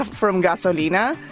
from gasolina.